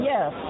Yes